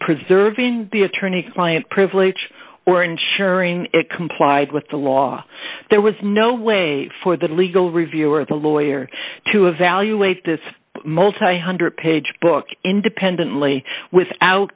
preserving the attorney client privilege or ensuring it complied with the law there was no way for the legal review or the lawyer to evaluate this multi one hundred page book independently without